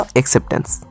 acceptance